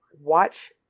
watch